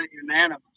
unanimous